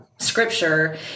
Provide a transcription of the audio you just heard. Scripture